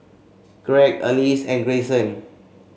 Gregg Alease and Grayson